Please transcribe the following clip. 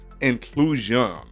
inclusion